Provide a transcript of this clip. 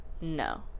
no